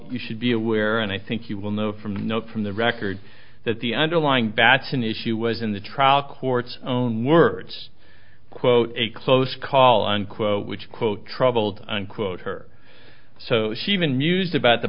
you should be aware and i think you will know from note from the record that the underlying batson issue was in the trial court's own words quote a close call unquote which quote troubled unquote her so she even mused about the